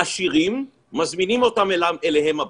העשירים מזמינים אותם אליהם הביתה,